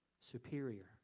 superior